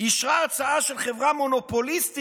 אישרה הצעה של חברה מונופוליסטית